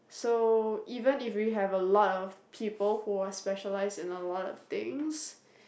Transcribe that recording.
so even if we have a lot of people who are specialised in a lot of things